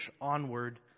onward